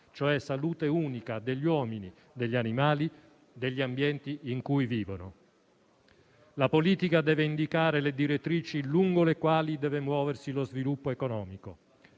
salute unica degli uomini, degli animali, degli ambienti in cui vivono. La politica deve indicare le direttrici lungo le quali deve muoversi lo sviluppo economico.